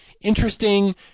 interesting